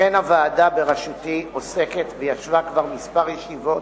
לכן הוועדה בראשותי עוסקת וישבה כבר כמה ישיבות,